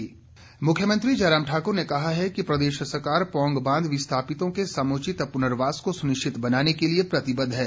प्रतिनिधिमंडल मुख्यमंत्री जयराम ठाकुर ने कहा है कि प्रदेश सरकार पौंग बांध विस्थापितों के समुचित पुनर्वास को सुनिश्चित बनाने के लिए प्रतिबद्ध है